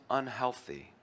unhealthy